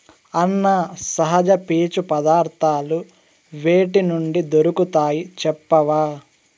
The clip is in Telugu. అన్నా, సహజ పీచు పదార్థాలు వేటి నుండి దొరుకుతాయి చెప్పవా